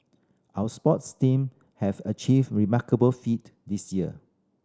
our sports team have achieved remarkable feat this year